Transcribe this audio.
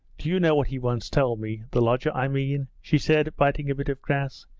do you know what he once told me the lodger i mean she said, biting a bit of grass.